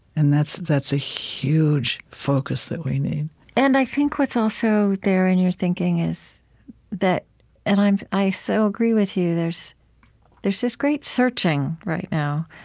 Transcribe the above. and that's that's a huge focus that we need and i think what's also there in your thinking is that and i so agree with you there's there's this great searching right now,